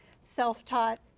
self-taught